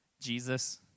Jesus